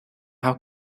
how